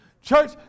Church